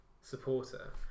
supporter